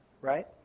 right